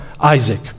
Isaac